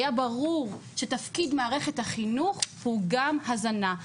היה ברור שתפקיד מערכת החינוך הוא גם הזנה,